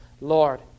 Lord